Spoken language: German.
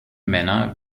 männer